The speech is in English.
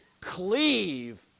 cleave